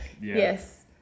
Yes